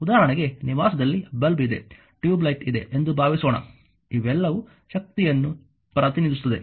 ಉದಾಹರಣೆಗೆ ನಿವಾಸದಲ್ಲಿ ಬಲ್ಬ್ ಇದೆ ಟ್ಯೂಬ್ ಲೈಟ್ ಇದೆ ಎಂದು ಭಾವಿಸೋಣ ಇವೆಲ್ಲವೂ ಶಕ್ತಿಯನ್ನು ಪ್ರತಿನಿಧಿಸುತ್ತದೆ